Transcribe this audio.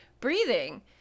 breathing